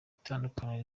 itandukanye